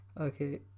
okay